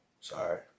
sorry